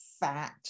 fat